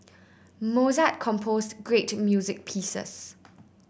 Mozart composed great music pieces